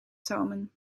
tomen